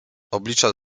oblicza